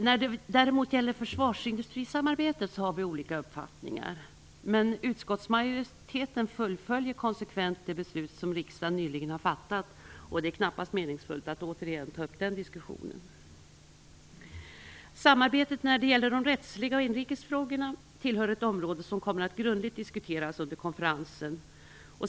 När det däremot gäller försvarsindustrisamarbetet har vi olika uppfattningar, men utskottsmajoriteten fullföljer konsekvent det beslut som riksdagen nyligen har fattat. Det är knappast meningsfullt att återigen ta upp den diskussionen. Samarbetet när det gäller rättsliga och inrikes frågor tillhör ett område som kommer att grundligt diskuteras under konferensen.